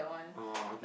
oh okay